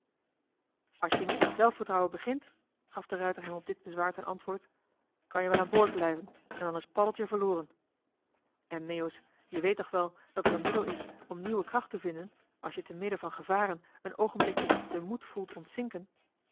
als je niet met zelfvertrouwen begint gaf de ruijter hem op dit bezwaar ten antwoord kan-je wel aan boord blijven en dan is paddeltje verloren en meeuwis je weet toch wel dat er een middel is om nieuwe kracht te vinden als je te midden van gevaren een oogenblikje je den moed voelt ontzinken